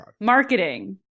marketing